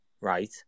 right